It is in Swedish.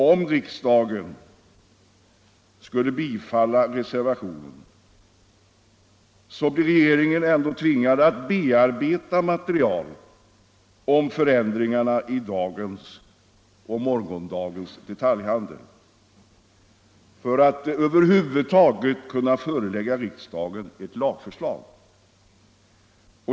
Om riksdagen skulle bifalla reservationen, blir regeringen ändå tvingad att bearbeta materialet om förändringarna i dagens och morgondagens detaljhandel för att över huvud taget kunna förelägga riksdagen ett lagförslag.